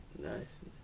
Nice